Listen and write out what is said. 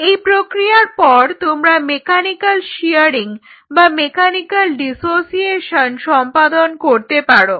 এই প্রক্রিয়ার পর তোমরা মেকানিক্যাল শিয়ারিং বা মেকানিক্যাল ডিসোসিয়েশন সম্পাদন করতে পারো